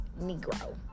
negro